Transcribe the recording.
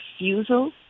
refusal